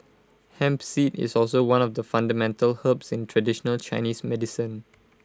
hemp seed is also one of the fundamental herbs in traditional Chinese medicine